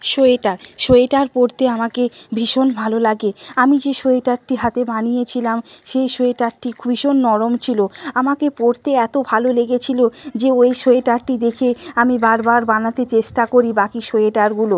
sweater sweater পরতে আমাকে ভীষণ ভালো লাগে আমি যে সোয়েটারটি হাতে বানিয়েছিলাম সেই সোয়েটারটি খু ভীষণ নরম ছিলো আমাকে পরতে এতো ভালো লেগেছিলো যে ওই সোয়েটারটি দেখে আমি বার বার বানাতে চেষ্টা করি বাকি সোয়েটারগুলো